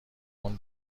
مون